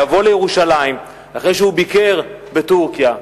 לבוא לירושלים אחרי שהוא ביקר בטורקיה,